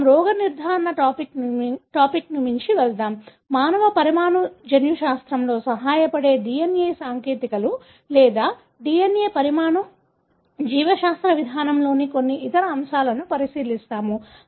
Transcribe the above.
మనము రోగనిర్ధారణ టాపిక్ను మించి వెళ్దాం మానవ పరమాణు జన్యుశాస్త్రంలో సహాయపడే DNA సాంకేతికతలు లేదా DNA పరమాణు జీవశాస్త్ర విధానంలోని కొన్ని ఇతర అంశాలను పరిశీలిస్తాము